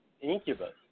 Incubus